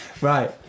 Right